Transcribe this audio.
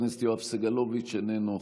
חבר הכנסת יואב סגלוביץ' איננו,